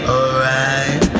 Alright